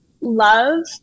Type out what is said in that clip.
love